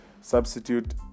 Substitute